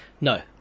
No